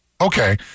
Okay